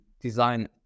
design